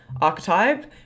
archetype